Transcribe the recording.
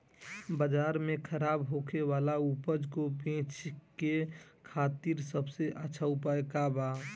बाजार में खराब होखे वाला उपज को बेचे के खातिर सबसे अच्छा उपाय का बा?